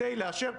עדיין מנסים לקרוא